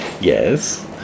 yes